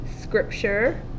scripture